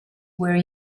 were